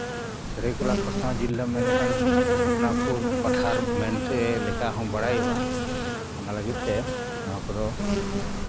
ᱥᱟᱹᱨᱟᱹᱭᱠᱮᱞᱟ ᱠᱷᱚᱨᱥᱚᱣᱟ ᱡᱤᱞᱟᱹᱢ ᱢᱮᱱ ᱞᱮᱠᱷᱟᱱ ᱪᱷᱳᱴᱱᱟᱜᱽᱯᱩᱨ ᱴᱚᱴᱷᱟᱨᱮ ᱢᱮᱱᱛᱮ ᱦᱚᱸ ᱵᱟᱲᱟᱭᱚᱜᱼᱟ ᱚᱱᱟ ᱞᱟᱹᱜᱤᱫ ᱛᱮ ᱱᱚᱣᱟ ᱠᱚᱫᱚ